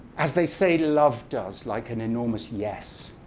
as they say love does, like an enormous yes,